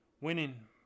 winning